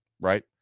Right